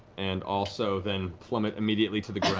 and also then plummet immediately to the